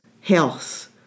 health